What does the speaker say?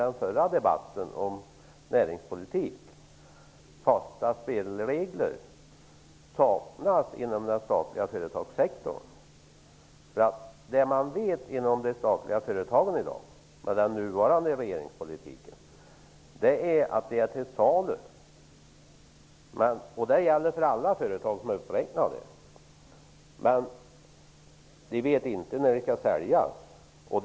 Men man kan i dag få den uppfattningen att sådana saknas inom den statliga företagssektorn. Vad man med den nuvarande regeringspolitiken i dag vet om de statliga företagen är att de är till salu, och det gäller för alla företag som är uppräknade. Men man vet ingenting om när dessa företag skall säljas.